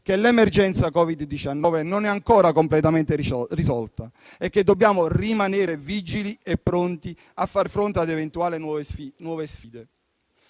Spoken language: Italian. che l'emergenza da Covid-19 non è ancora completamente risolta e che dobbiamo rimanere vigili e pronti a far fronte ad eventuali nuove sfide.